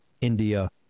India